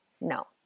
No